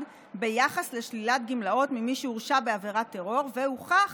ביחס לשלילת גמלאות ממי שהורשע בעבירת טרור והוכח